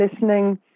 listening